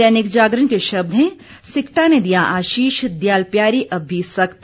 दैनिक जागरण के शब्द हैं सिक्टा ने दिया आशीष दयाल प्यारी अब भी सख्त